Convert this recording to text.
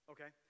Okay